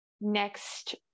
next